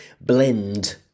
Blend